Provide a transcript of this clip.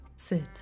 Sit